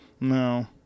no